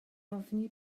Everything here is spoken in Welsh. ofni